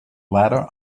ladder